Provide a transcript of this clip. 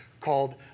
called